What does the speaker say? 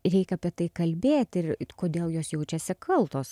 reik apie tai kalbėti ir kodėl jos jaučiasi kaltos